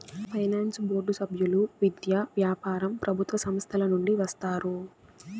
finance board సభ్యులు విద్య, వ్యాపారం ప్రభుత్వ సంస్థల నుండి వస్తారు